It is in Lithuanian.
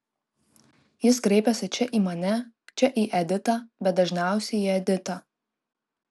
jis kreipiasi čia į mane čia į editą bet dažniausiai į editą